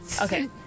Okay